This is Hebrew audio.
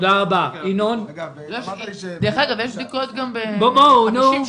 דרך אגב, יש גם בדיקות ב-58 שקלים,